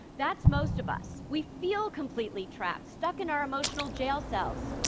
that's most of us. we feel completely trapped, stuck in our emotional jail cells.